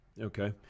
Okay